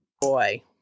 Boy